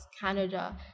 Canada